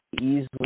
easily